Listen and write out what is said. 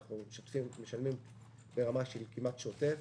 אנחנו משלמים ברמה כמעט שוטפת.